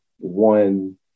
one